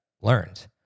learned